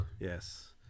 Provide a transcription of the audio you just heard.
Yes